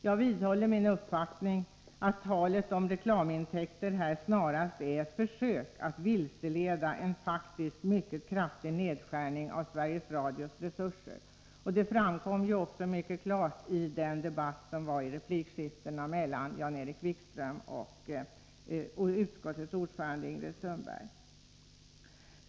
Jag vidhåller min uppfattning att talet om reklamintäkter snarast är ett försök att vilseleda beträffande en faktiskt mycket kraftig nedskärning av Sveriges Radios resurser. Det framkom också klart i replikskiftena mellan Jan-Erik Wikström och utskottets ordförande Ingrid Sundberg.